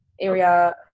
area